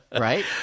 right